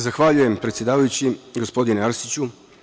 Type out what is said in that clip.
Zahvaljujem predsedavajući, gospodine Arsiću.